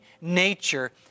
nature